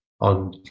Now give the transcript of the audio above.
on